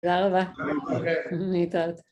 תודה רבה. להתראות